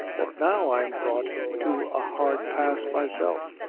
that now i'm brought to a hard pass myself.